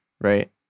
right